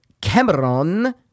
Cameron